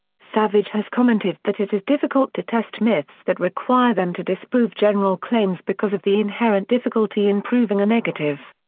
savage has commented that it is difficult to test myths that require them to disprove general claims because of the inherent difficulty in proving a negative.